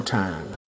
time